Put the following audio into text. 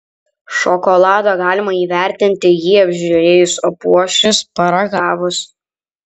šokoladą galima įvertinti jį apžiūrėjus apuosčius paragavus